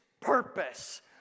purpose